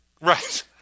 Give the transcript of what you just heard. Right